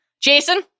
Jason